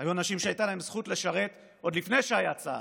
היו אנשים שהייתה להם זכות לשרת עוד לפני שהיה צה"ל.